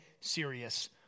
serious